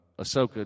Ahsoka